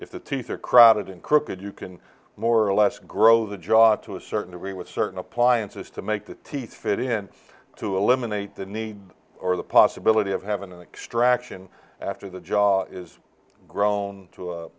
if the teeth are crowded and crooked you can more or less grow the jaw to a certain degree with certain appliances to make the teeth fit in to eliminate the need or the possibility of having an extraction after the job is grown to